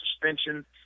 suspension